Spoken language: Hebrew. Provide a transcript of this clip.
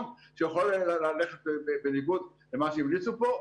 שיכולים ללכת בניגוד למה שהמליצו פה,